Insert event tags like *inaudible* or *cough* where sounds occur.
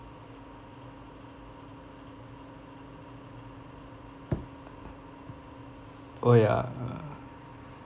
*noise* oh ya uh